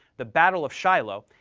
the battle of shiloh,